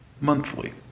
monthly